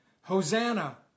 Hosanna